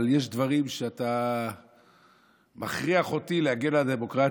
אבל יש דברים, אתה מכריח אותי להגן על הדמוקרטיה.